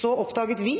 Så oppdaget vi,